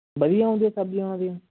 ਵਧੀਆ ਹੁੰਦੀਆਂ ਸਬਜ਼ੀਆਂ ਉਹਨਾਂ ਦੀਆਂ